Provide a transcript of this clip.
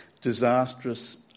disastrous